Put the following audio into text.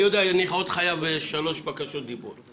אני יודע, אני חייב עוד שלוש בקשות דיבור.